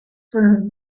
firms